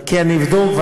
כי אני אבדוק,